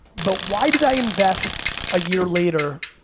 but why did i invest a year later,